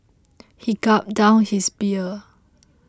he gulped down his beer